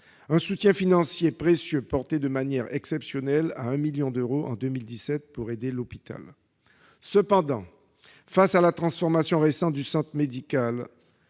Ce soutien financier précieux a été porté de manière exceptionnelle à 1 million d'euros en 2017 pour aider l'hôpital. Cependant, face à la transformation récente du centre médical